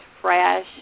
fresh